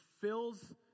fills